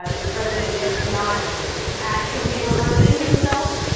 ah the president is not actually reversing himself.